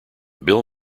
bill